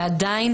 ועדיין,